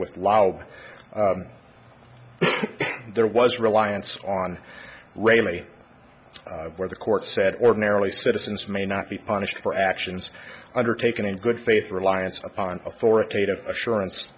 with loud there was reliance on way me where the court said ordinarily citizens may not be punished for actions undertaken in good faith reliance upon authoritative assurance